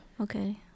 Okay